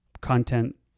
content